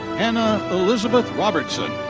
hannah elizabeth robertson.